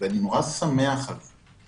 ואני נורא שמח על כך.